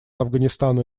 афганистану